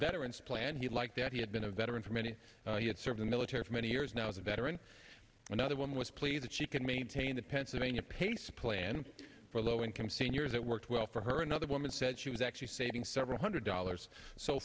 veterans plan he liked that he had been a veteran for many he had served the military for many years now is a veteran another one was please that she can maintain the pennsylvania pace plan for low income seniors that worked well for her another woman said she was actually saving several hundred dollars so